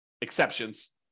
exceptions